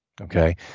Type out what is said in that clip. Okay